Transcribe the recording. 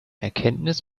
erkenntnis